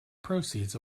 proceeds